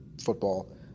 football